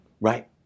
Right